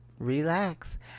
relax